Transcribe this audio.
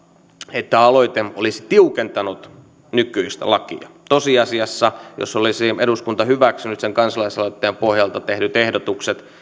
että aloite olisi tiukentanut nykyistä lakia tosiasiassa jos olisi eduskunta hyväksynyt sen kansalaisaloitteen pohjalta tehdyt ehdotukset